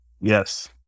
yes